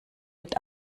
mit